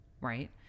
right